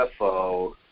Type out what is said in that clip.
UFO